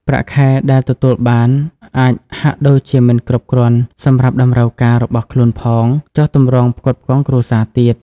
ប្រាក់ខែដែលទទួលបានអាចហាក់ដូចជាមិនគ្រប់គ្រាន់សម្រាប់តម្រូវការរបស់ខ្លួនផង ចុះទម្រាំផ្គត់ផ្គង់គ្រួសារទៀត។